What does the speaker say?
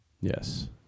yes